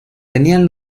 tenían